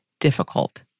difficult